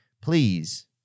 please